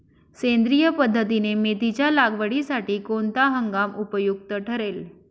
सेंद्रिय पद्धतीने मेथीच्या लागवडीसाठी कोणता हंगाम उपयुक्त ठरेल?